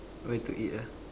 where to eat ah